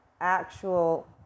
actual